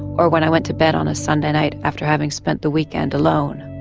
or when i went to bed on a sunday night after having spent the weekend alone.